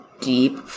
deep